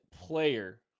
player